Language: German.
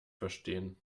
verstehen